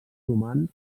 humans